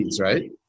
right